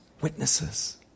witnesses